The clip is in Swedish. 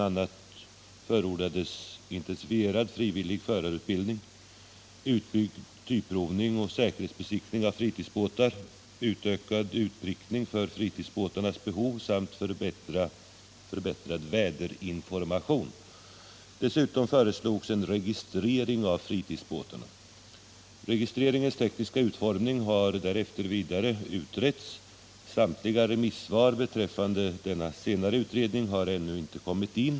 a. förordades intensifierad frivillig förarutbildning, utbyggd typprovning och säkerhetsbesiktning av fritidsbåtar, utökad utprickning för fritidsbåtarnas behov samt förbättrad väderinformation. Dessutom föreslogs en registrering av fritidsbåtarna. Registreringens tekniska utformning har därefter utretts vidare. Samtliga remissvar beträffande denna senare utredning har ännu inte kommit in.